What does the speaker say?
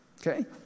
Okay